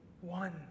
one